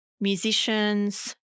musicians